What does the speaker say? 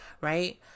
right